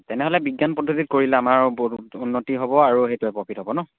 তেনেহ'লে বিজ্ঞান পদ্ধতিত কৰিলে আমাৰ বহত উন্নতি হ'ব আৰু সেইটোৱে প্ৰফিট হ'ব ন